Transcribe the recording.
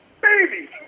baby